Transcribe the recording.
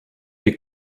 les